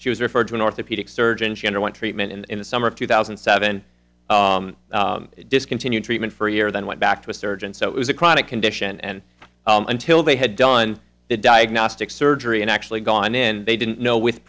she was referred to an orthopedic surgeon general in treatment and in the summer of two thousand and seven it discontinued treatment for a year then went back to a surgeon so it was a chronic condition and until they had done the diagnostics surgery and actually gone in they didn't know with